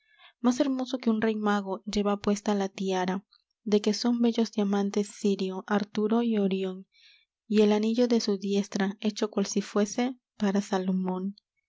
más hermoso que un rey mago lleva puesta la tiara de que son bellos diamantes sirio arturo y orión y el anillo de su diestra hecho cual si fuese para salomón